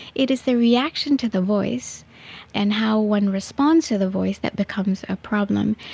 it is the reaction to the voice and how one responds to the voice that becomes a problem.